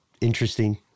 Interesting